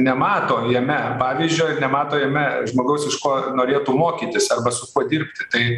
nemato jame pavyzdžio ir nemato jame žmogaus iš ko norėtų mokytis arba su kuo dirbti tai